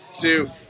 two